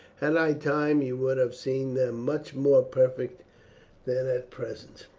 had i time you would have seen them much more perfect than at present.